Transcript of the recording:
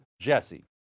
JESSE